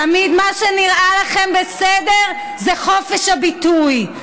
תמיד מה שנראה לכם בסדר זה חופש הביטוי,